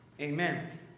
amen